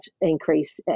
increase